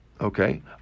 Okay